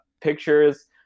pictures